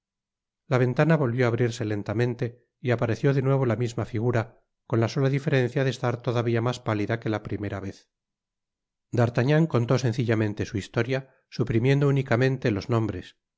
la ventana volvió á abrirse lentamente y apareció de nuevo la misma figura con la sola diferencia de estar todavia mas pálida que la primera vez d'artagnan contó sencillamente su historia suprimiendo únicamente los nombres